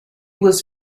was